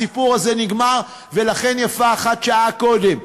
הסיפור הזה נגמר, ולכן יפה שעה אחת קודם.